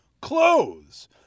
clothes